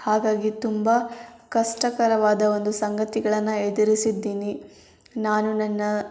ಹಾಗಾಗಿ ತುಂಬ ಕಷ್ಟಕರವಾದ ಒಂದು ಸಂಗತಿಗಳನ್ನು ಎದುರಿಸಿದ್ದೀನಿ ನಾನು ನನ್ನ